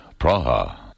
Praha